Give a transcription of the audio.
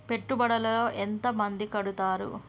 పెట్టుబడుల లో ఎంత మంది కడుతరు?